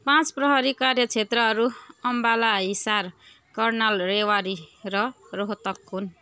पाँच प्रहरी कार्यक्षेत्रहरू अम्बाला हाइसार कर्नाल रेवारी र रोहतक हुन्